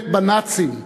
הלוחמת בנאצים,